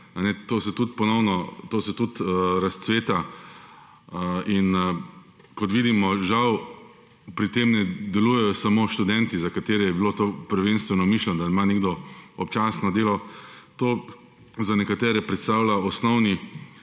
to se tudi razcveta in kot vidimo, žal pri tem ne deluje samo študentje za katere je bilo to prvenstveno mišljeno, da ima nekdo občasno delo, to za nekatere predstavlja osnovni